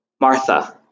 Martha